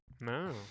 No